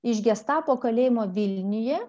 iš gestapo kalėjimo vilniuje